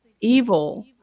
evil